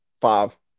Five